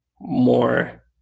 more